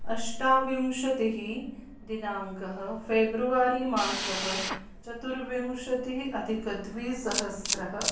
अष्टाविंशतिः दिनाङ्कः फ़ेब्रुवरी मासः चतुर्विंशतिः अधिकद्विसहस्रम्